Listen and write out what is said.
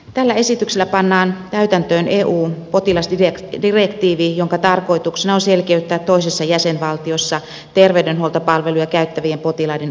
tällä esityksellä pannaan täytäntöön eun potilasdirektiivi jonka tarkoituksena on selkeyttää toisessa jäsenvaltiossa terveydenhuoltopalveluja käyttävien potilaiden oikeuksia